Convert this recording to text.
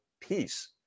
peace